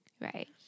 Right